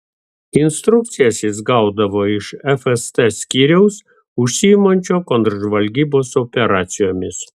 instrukcijas jis gaudavo iš fst skyriaus užsiimančio kontržvalgybos operacijomis